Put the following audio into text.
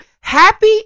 Happy